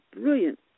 brilliant